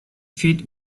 fit